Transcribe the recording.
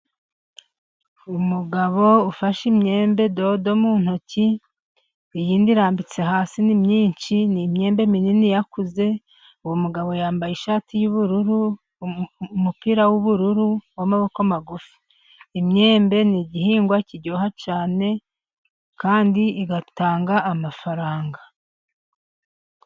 Umugabo ufashe imyembedodo mu ntoki, iyindi irambitse hasi. Ni myinshi, ni imyembe minini yakuze. Uwo mugabo yambaye ishati y'ubururu, umupira w'ubururu w'amaboko magufi. Imyembe ni igihingwa kiryoha cyane kandi igatanga amafaranga.